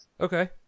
Okay